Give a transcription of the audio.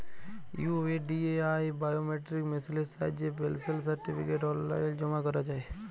UIDAI biometric মেসিলের সাহায্যে personal certificate অললাইল জমা ক্যরা যায়